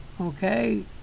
okay